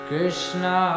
Krishna